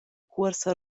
cuorsa